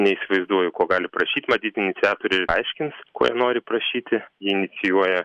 neįsivaizduoju ko gali prašyt matyt iniciatoriai aiškins ko jie nori prašyti jį inicijuoja